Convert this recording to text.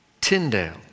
Tyndale